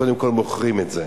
קודם כול מוכרים את זה.